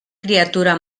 criatura